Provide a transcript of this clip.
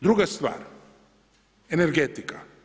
Druga stvar, energetika.